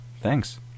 Thanks